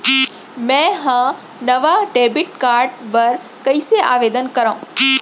मै हा नवा डेबिट कार्ड बर कईसे आवेदन करव?